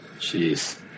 Jeez